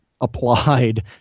applied